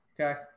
Okay